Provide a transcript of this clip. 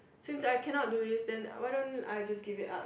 since I cannot do this then why don't I just give it up